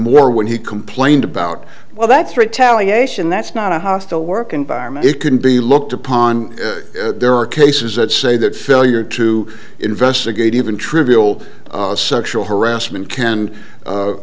more when he complained about well that's retaliation that's not a hostile work environment it can be looked upon there are cases that say that cellier to investigate even trivial sexual harassment can